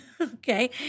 Okay